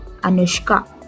Anushka